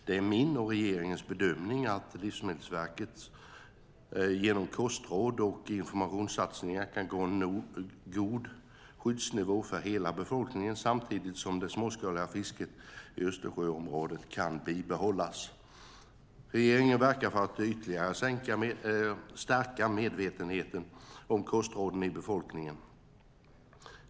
Det är min och regeringens bedömning att Livsmedelsverket genom kostråd och informationssatsningar kan nå en god skyddsnivå för hela befolkningen samtidigt som det småskaliga fisket i Östersjöområdet kan bibehållas. Regeringen verkar för att ytterligare stärka medvetenheten om kostråden i befolkningen.